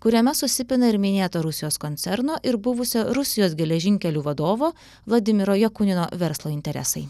kuriame susipina ir minėto rusijos koncerno ir buvusio rusijos geležinkelių vadovo vladimiro jakunino verslo interesai